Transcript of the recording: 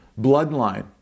bloodline